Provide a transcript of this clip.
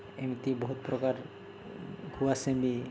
ଏମିତି ବହୁତ ପ୍ରକାର ଗୁଆସେମି